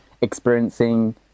experiencing